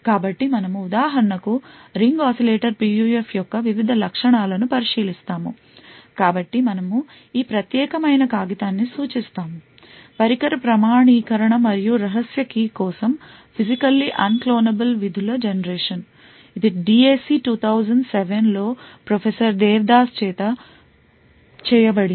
కాబట్టి మనము ఉదాహరణకు రింగ్ oscillator PUF యొక్క వివిధ లక్షణాలను పరిశీలిస్తాము కాబట్టి మనము ఈ ప్రత్యేకమైన కాగితాన్ని సూచిస్తాము "పరికర ప్రామాణీకరణ మరియు రహస్య key కోసం ఫిజికల్లీ అన్క్లోనబుల్ విధులు జనరేషన్ " ఇది DAC 2007 లో ప్రొఫెసర్ దేవ్దాస్ చేత చేయబడింది